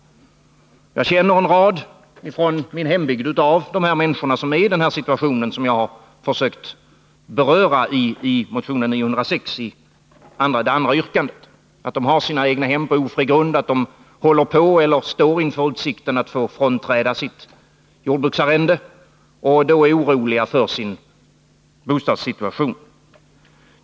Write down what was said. Jag känner en rad människor i min hembygd som befinner sig i den situation som jag har berört i motion 906, andra yrkandet. De har sina hem på ofri grund, och de står inför risken att få frånträda sina jordbruksarrenden. Naturligtvis är de oroliga för sin bostadsssituation.